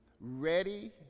ready